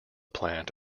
plants